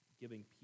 giving